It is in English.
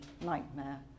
nightmare